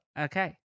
Okay